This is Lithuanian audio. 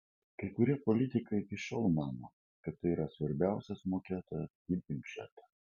kai kurie politikai iki šiol mano kad tai yra svarbiausias mokėtojas į biudžetą